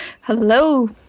Hello